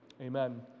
Amen